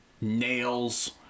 Nails